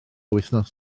wythnos